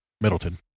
middleton